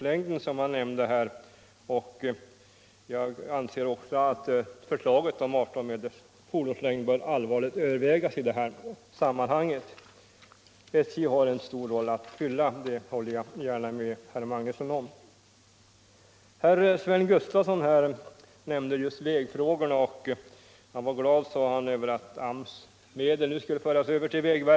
Liksom herr Magnusson anser även jag att exempelvis förslaget om 18 meters fordonslängd allvarligt bör övervägas i sammanhanget. Jag håller gärna med herr Magnusson om att SJ har en stor uppgift att fylla. Herr Sven Gustafson i Göteborg tog upp vägfrågorna och sade sig vara glad över att AMS-medel skulle föras över till vägverket.